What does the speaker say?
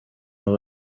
aba